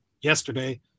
yesterday